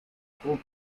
school